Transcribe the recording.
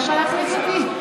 אתה לא בא להחליף אותי?